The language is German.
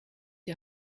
die